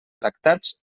tractats